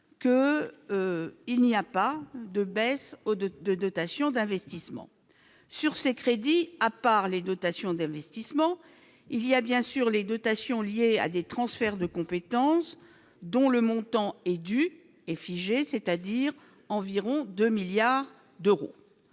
que, il n'y a pas de baisse de de dotation d'investissement sur ces crédits, à part les dotations des investissements, il y a bien sur les dotations liées à des transferts de compétences dont le montant est dû et figé, c'est-à-dire environ 2 milliards d'euros,